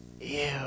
Ew